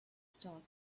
start